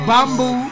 Bamboo